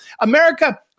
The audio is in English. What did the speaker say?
America